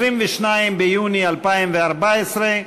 22 ביוני 2014,